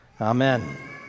Amen